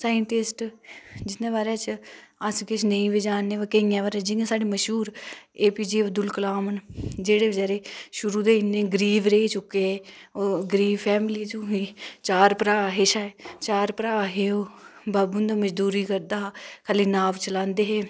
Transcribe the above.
scientist जिंदै बारै च अस किछ नेईं बी जानेआ कैईऐं बारे जियां साढ़े मशहूर A P J Abdul Kalam न जेह्डे़ बिचारे शूरू छा गै इन्नै गरीब रेही चुके दे ओह् गरीब फैमली छा हे चार भ्रा हे ओह् बब्ब हुंदा मजदूरी करदा हा खाली नाव चलांदे हे